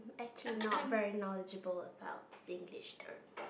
actually not very knowledgeable about Singlish term